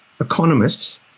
economists